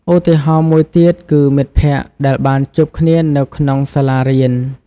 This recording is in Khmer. ឧទាហរណ៍មួយទៀតគឺមិត្តភក្តិដែលបានជួបគ្នានៅក្នុងសាលារៀន។